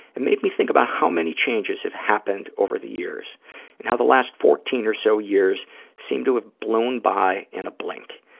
it made me think about how many changes have happened over the years and how the last fourteen or so years seemed to have blown by in a blink.